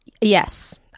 Yes